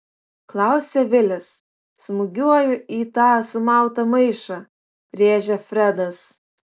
klausia vilis smūgiuoju į tą sumautą maišą rėžia fredas